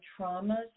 traumas